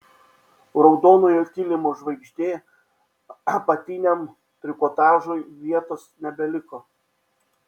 raudonojo kilimo žvaigždė apatiniam trikotažui vietos nebeliko